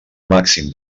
màxim